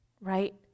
Right